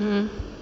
hmm